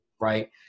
Right